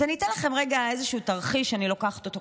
אז אני אתן לכם רגע איזשהו תרחיש שאני לוקחת אותו,